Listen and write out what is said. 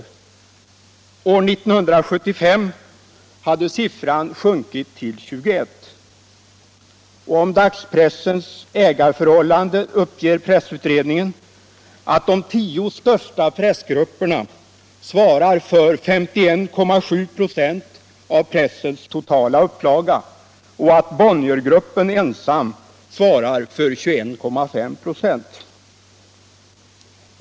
1975 hade siffran sjunkit till 21. Om dagspressens ägarförhållanden uppger pressutredningen att de 10 största ägargrupperna svarar för 51,7 26 av pressens totala upplaga och att Bonniergruppen ensam svarar för 21,5 96.